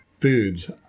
foods